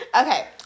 Okay